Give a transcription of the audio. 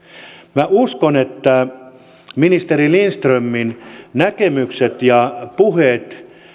minä uskon että ministeri lindströmin näkemykset ja puheet